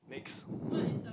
next